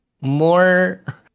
more